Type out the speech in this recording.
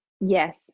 Yes